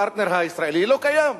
הפרטנר הישראלי לא קיים.